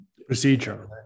Procedure